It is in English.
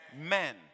men